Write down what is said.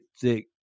thick